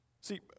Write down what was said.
See